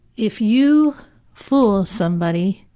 if you fool somebody,